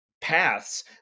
paths